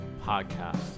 Podcast